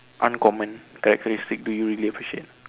uncommon characteristic do you really appreciate